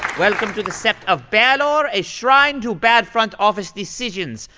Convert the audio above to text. welcome to the sept of baylor, a shrine to bad front-office decisions,